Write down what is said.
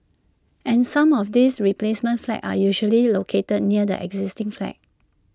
and some of these replacement flats are usually located near the existing flats